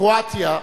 קרואטיה,